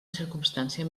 circumstància